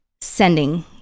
sending